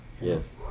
yes